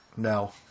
No